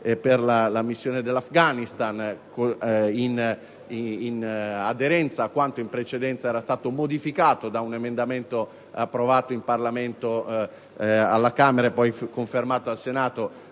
per la missione dell'Afghanistan, in aderenza a quanto in precedenza era stato modificato da un emendamento approvato dalla Camera dei deputati e poi confermato dal Senato